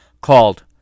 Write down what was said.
called